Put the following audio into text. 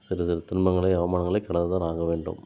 சிறு சிறு துன்பங்களை அவமானங்களை கடந்துதான் ஆக வேண்டும்